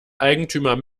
eigentümer